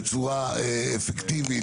בצורה אפקטיבית,